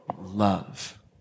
love